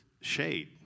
shade